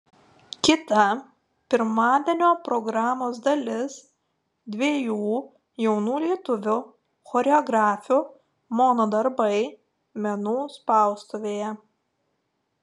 kita pirmadienio programos dalis dviejų jaunų lietuvių choreografių mono darbai menų spaustuvėje